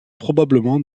probablement